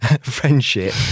friendship